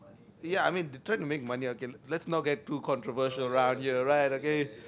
ya I mean they try to make money okay let's not get too controversial lah ya right okay